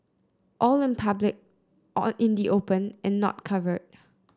all in public in the open and not covered